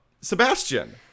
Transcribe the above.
Sebastian